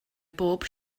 bob